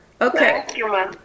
Okay